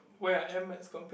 where I am as compared